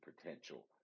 potential